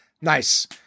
Nice